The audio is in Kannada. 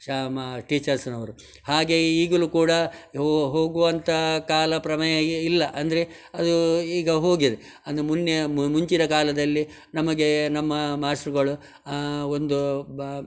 ಶ ಮ ಟೀಚರ್ಸ್ನವರು ಹಾಗೆಯೇ ಈಗಲೂ ಕೂಡ ಹೋಗುವಂಥ ಕಾಲ ಪ್ರಮೇಯ ಈಗ ಇಲ್ಲ ಅಂದರೆ ಅದು ಈಗ ಹೋಗಿದೆ ಅಂದರೆ ಮೊನ್ನೆ ಮುಂಚಿನ ಕಾಲದಲ್ಲಿ ನಮಗೆ ನಮ್ಮ ಮಾಸ್ಟ್ರುಗಳು ಒಂದು ಬ